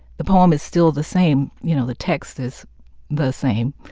the poem is still the same, you know, the text is the same,